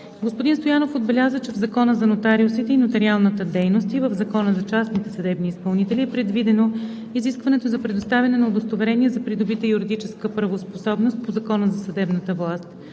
Господин Стоянов отбеляза, че в Закона за нотариусите и нотариалната дейност и в Закона за частните съдебни изпълнители е предвидено изискването за предоставяне на удостоверение за придобита юридическа правоспособност по Закона за съдебната власт.